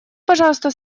пожалуйста